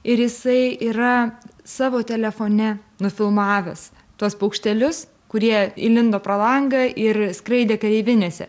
ir jisai yra savo telefone nufilmavęs tuos paukštelius kurie įlindo pro langą ir skraidė kareivinėse